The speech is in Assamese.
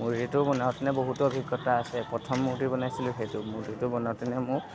মূৰ্তিটো বনাওঁতেনে বহুতো অভিজ্ঞতা আছে প্ৰথম মূৰ্তি বনাইছিলোঁ সেইটো মূৰ্তিটো বনাওঁতেনে মোক